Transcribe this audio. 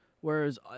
Whereas